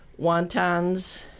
wontons